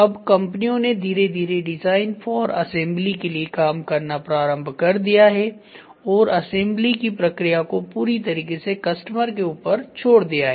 अब कंपनियो ने धीरे धीरे डिजाइन फॉर असेंबली के लिए काम करना प्रारंभ कर दिया है और असेंबली की प्रक्रिया को पूरी तरीके से कस्टमर के ऊपर छोड़ दिया है